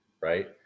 right